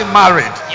married